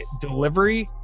delivery